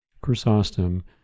Chrysostom